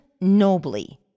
nobly